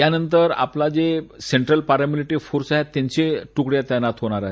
यानंतर आपलं जे सेंट्रल पॅरा मिलिटरी फोर्स त्यांच्या तुकड्या तैनात होणार आहे